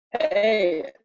Hey